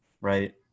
right